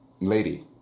lady